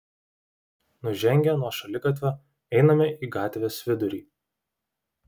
nužengę nuo šaligatvio einame į gatvės vidurį